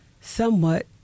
somewhat